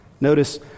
Notice